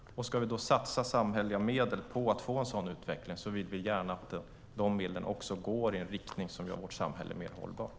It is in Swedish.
Ska vi satsa samhälleliga medel på att få en sådan utveckling vill vi gärna att de medlen också går i en riktning som gör vårt samhälle mer hållbart.